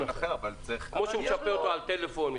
כמו שמשפים אותו על טלפון.